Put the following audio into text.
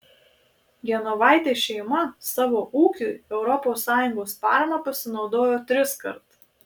genovaitės šeima savo ūkiui europos sąjungos parama pasinaudojo triskart